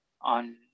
on